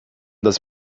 das